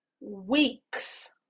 weeks